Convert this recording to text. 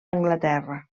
anglaterra